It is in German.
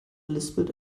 lispelt